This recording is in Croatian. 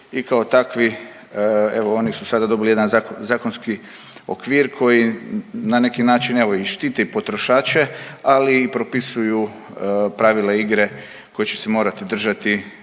i kao takvi evo oni su sada dobili jedan zakonski okvir na neki način evo i štiti potrošače, ali i propisuju pravila igre kojih će se morati držati,